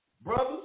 Brothers